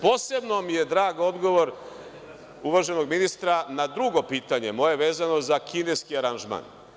Posebno mi je drag odgovor uvaženog ministra na drugo pitanje, a vezano za kineski aranžman.